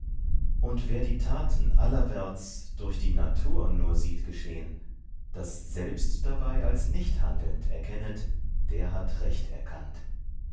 und wer die taten allerwärts durch die natur nur sieht geschehn das selbst dabei als nichthandelnd erkennet der hat recht erkannt